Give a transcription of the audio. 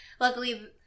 Luckily